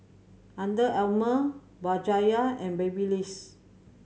Under Armour Bajaj and Babyliss